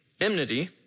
enmity